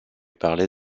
parler